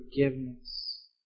forgiveness